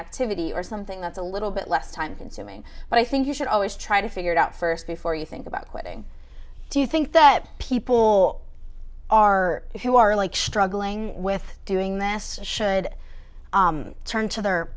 activity or something that's a little bit less time consuming but i think you should always try to figure it out first before you think about quitting do you think that people are who are really struggling with doing this should turn t